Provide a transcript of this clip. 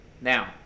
Now